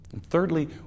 Thirdly